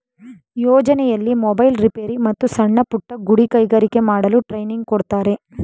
ಯೋಜನೆಯಲ್ಲಿ ಮೊಬೈಲ್ ರಿಪೇರಿ, ಮತ್ತು ಸಣ್ಣಪುಟ್ಟ ಗುಡಿ ಕೈಗಾರಿಕೆ ಮಾಡಲು ಟ್ರೈನಿಂಗ್ ಕೊಡ್ತಾರೆ